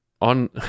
on